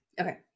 Okay